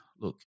look